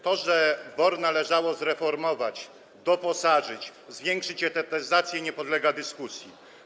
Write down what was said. To, że BOR należało zreformować, doposażyć, zwiększyć etatyzację, nie podlega dyskusji.